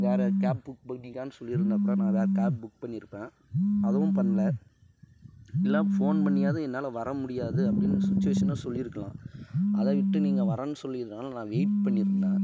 வேற cab book பண்ணிக்க சொல்லி இருந்தால் கூட நான் வேற கேப் புக் பண்ணிருப்பேன் அதுவும் பண்ணல இல்லை ஃபோன் பண்ணியாவது என்னால் வர முடியாது அப்படின்னு சுச்சுவேஷனை சொல்லி இருக்கலாம் அதை விட்டு நீங்க வரேன் சொல்லி இருந்ததினால நான் வெயிட் பண்ணிருந்தேன்